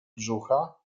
brzucha